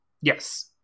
Yes